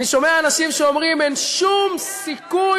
אני שומע אנשים שאומרים: אין שום סיכוי